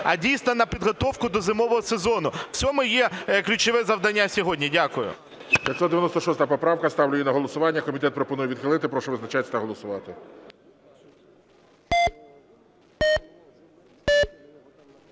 а дійсно на підготовку до зимового сезону. В цьому є ключове завдання сьогодні. Дякую.